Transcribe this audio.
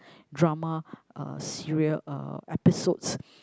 drama uh serial uh episodes